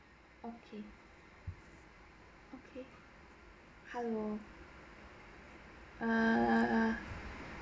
okay okay hello err